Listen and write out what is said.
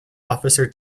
officer